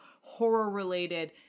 horror-related